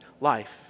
life